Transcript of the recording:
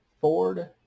Ford